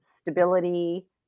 stability